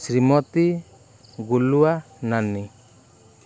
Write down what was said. ଶ୍ରୀମତି ଗୁଲୁଆ ନାନୀ